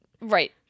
Right